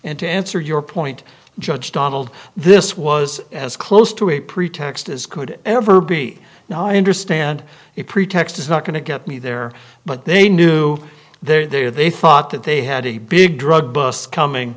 and to answer your point judge donald this was as close to a pretext as could ever be now i understand it pretext is not going to get me there but they knew there they thought that they had a big drug bust coming